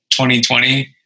2020